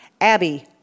Abby